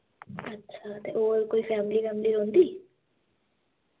अच्छा ते होर कोई फैमिली वैमली रौंंह्नदी